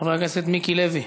חבר הכנסת מיקי לוי,